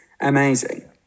amazing